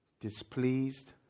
displeased